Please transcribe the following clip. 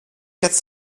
quatre